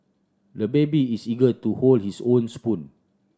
the baby is eager to hold his own spoon